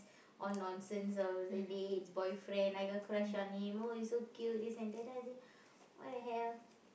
all nonsense all the dates boyfriend I got crush on him oh he's so cute this and that then I say !what-the-hell!